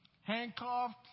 handcuffed